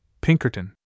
Pinkerton